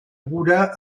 bruder